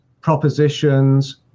propositions